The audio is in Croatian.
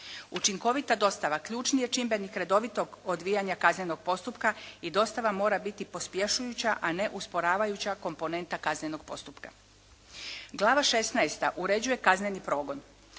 Učinkovita dostava ključni je čimbenik redovitog odvijanja kaznenog postupka i dostava mora biti pospješujuća a ne usporavajuća komponenta kaznenog postupka. Glava šesnaesta uređuje kazneni progon.